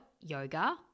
yoga